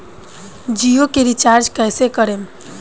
जियो के रीचार्ज कैसे करेम?